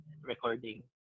recording